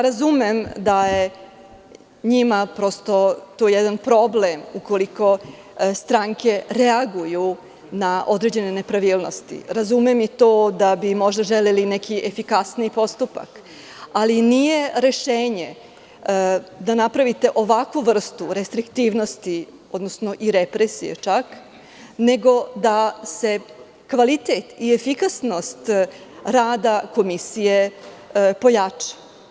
Razumem da je njima to jedan problem, ukoliko stranke reaguju na određene nepravilnosti, razumem i to da bi možda želeli neki efikasniji postupak, ali nije rešenje da napravite ovakvu vrstu restriktivnosti, odnosno i represije čak, nego da se kvalitet i efikasnost rada komisije pojača.